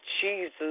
Jesus